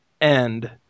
end